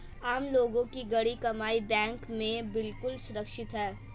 आम लोगों की गाढ़ी कमाई बैंक में बिल्कुल सुरक्षित है